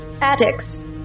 attics